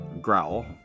growl